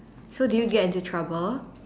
so did you get into trouble